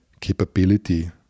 capability